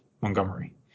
Montgomery